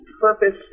purpose